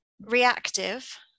Reactive